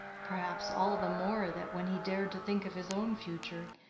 perhaps all the more that, when he dared to think of his own future,